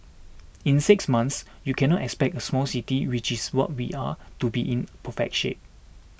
in six months you cannot expect a small city which is what we are to be in perfect shape